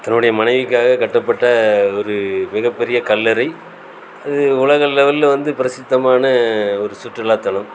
தன்னுடைய மனைவிக்காக கட்டப்பட்ட ஒரு மிகப்பெரிய கல்லறை இது உலக லெவலில் வந்து பிரசித்தமான ஒரு சுற்றுலாத்தலம்